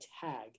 tag